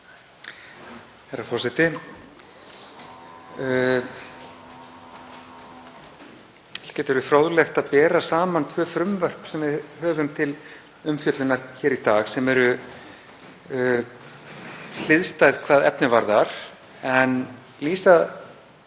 Herra forseti. Það gæti verið fróðlegt að bera saman tvö frumvörp sem við höfum til umfjöllunar hér í dag sem eru hliðstæð hvað efni varðar en lýsa